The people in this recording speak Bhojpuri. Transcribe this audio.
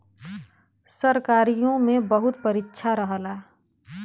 सरकारीओ मे बहुत परीक्षा रहल